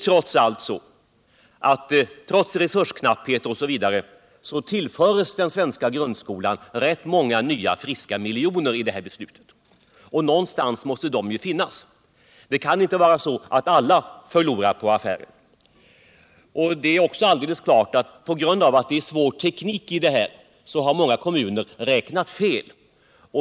Trots resursk napphet osv. tillförs den svenska grundskolan rätt många nya friska miljoner genom detta beslut. Någonstans måste de hamna, Det kan inte vara så att alla förlorar på affären. På grund av att den teknik som används är svår har många kommuner räknat fel.